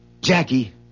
Jackie